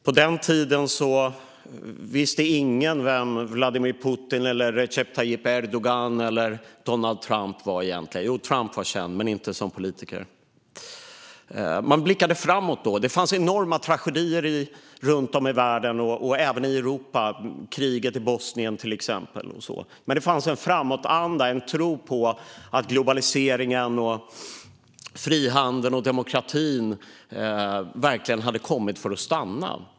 På den tiden visste egentligen ingen vilka Vladimir Putin, Recep Tayyip Erdogan eller Donald Trump var. Jo, Trump var känd men inte som politiker. Man blickade framåt. Det fanns enorma tragedier runt om i världen, även i Europa, till exempel kriget i Bosnien. Men det fanns en framåtanda och en tro på att globaliseringen, frihandeln och demokratin verkligen hade kommit för att stanna.